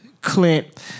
Clint